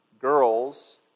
girls